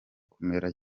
kumera